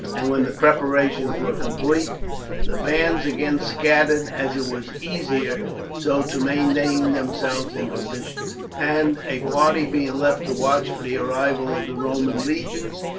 and when the preparations were complete the bands again scattered, as it was easier so to maintain themselves in provisions and, a party being left to watch for the arrival of the roman legions,